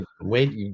Wait